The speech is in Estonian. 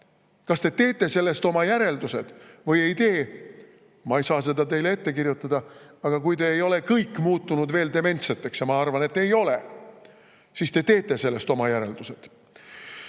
Kas te teete sellest oma järeldused või ei tee? Ma ei saa seda teile ette kirjutada, aga kui te ei ole kõik muutunud veel dementseteks, ja ma arvan, et ei ole, siis te teete sellest oma järeldused.